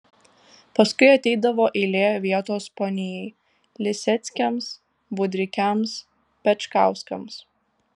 paskui ateidavo eilė vietos ponijai liseckiams budrikiams pečkauskams